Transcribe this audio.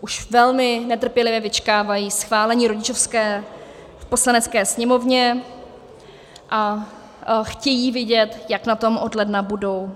Už velmi netrpělivě vyčkávají schválení rodičovské v Poslanecké sněmovně a chtějí vidět, jak na tom od ledna budou.